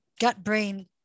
gut-brain